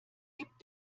gibt